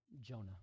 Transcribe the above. Jonah